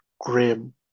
grim